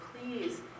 please